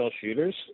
shooters